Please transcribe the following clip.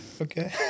Okay